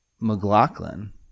McLaughlin